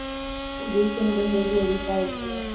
weekend ಹೇಗೆ ನಡೀತಾ ಇದೆ